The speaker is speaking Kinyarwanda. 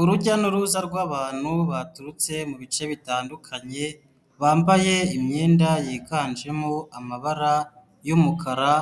Urujya n'uruza rw'abantu baturutse mu bice bitandukanye bambaye imyenda yiganjemo amabara y'umukara,